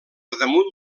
damunt